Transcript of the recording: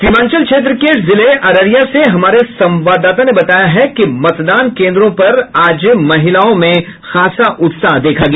सीमांचल क्षेत्र के जिले अररिया से हमारे संवाददाता ने बताया है कि मतदान केन्द्रों पर महिलाओं में खासा उत्साह देखा गया